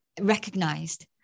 recognized